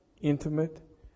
intimate